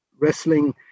wrestling